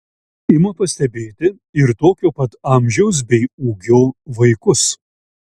ima pastebėti ir tokio pat amžiaus bei ūgio vaikus